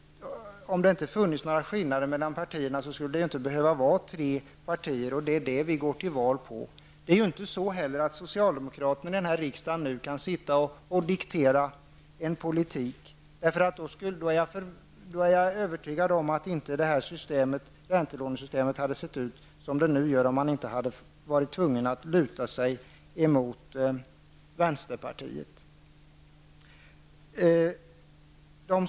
Om det inte funnits några skillnader mellan partierna skulle det inte behöva finnas tre partier, och det är skillnaderna som vi går till val på. Det är inte så att socialdemokraterna i denna riksdag kan sitta och diktera en politik. Jag är övertygad om att räntelånesystemet inte hade sett ut som det nu gör om man inte varit tvungen att luta sig mot vänsterpartiet.